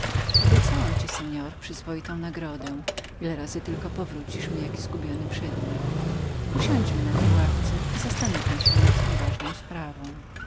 obiecałam panu przyzwoitą nagrodę ile razy tylko powrócisz mi jaki stracony przedmiot usiądźmy na tej ławce i zastanówmy się nad tą ważną sprawą